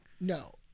No